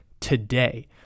today